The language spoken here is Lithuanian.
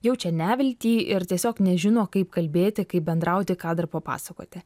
jaučia neviltį ir tiesiog nežino kaip kalbėti kaip bendrauti ką dar papasakoti